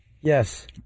Yes